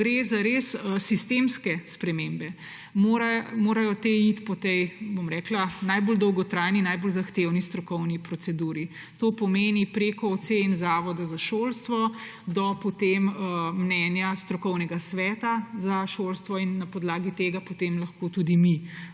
gre za res sistemske spremembe, morajo te iti po najbolj dolgotrajni, najbolj zahtevni strokovni proceduri. To pomeni prek ocen Zavoda za šolstvo do mnenja strokovnega sveta za šolstvo in na podlagi tega potem lahko tudi mi